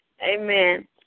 Amen